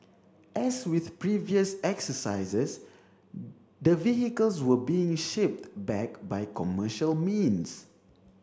as with previous exercises the vehicles were being shipped back by commercial means